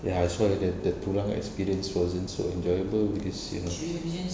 ya so the the tulang experience wasn't so enjoyable because you know